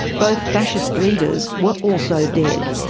both fascist leaders were also dead.